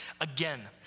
Again